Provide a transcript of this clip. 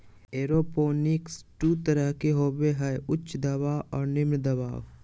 aeroponics दू तरह के होबो हइ उच्च दबाव और निम्न दबाव